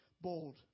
bold